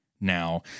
Now